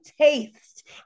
taste